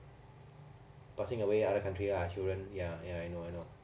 passing away other country ah children ya ya I know I know